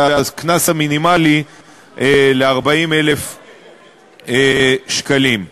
והקנס המינימלי ל-40,000 שקלים.